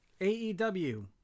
AEW